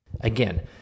Again